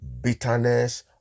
bitterness